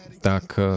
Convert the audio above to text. tak